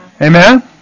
Amen